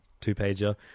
two-pager